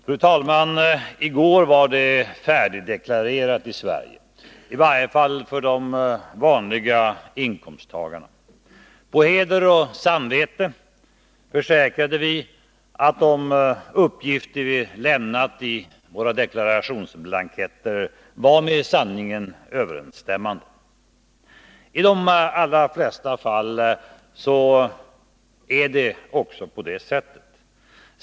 Fru talman! I går var det färdigdeklarerat i Sverige, i varje fall för de vanliga inkomsttagarna. På heder och samvete försäkrade vi att de uppgifter vi lämnat i våra deklarationsblanketter var med sanningen överensstämmande. I de allra flesta fall är det också på det sättet.